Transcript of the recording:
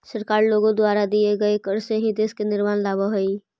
सरकार लोगों द्वारा दिए गए कर से ही देश में निर्माण लावअ हई